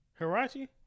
Harachi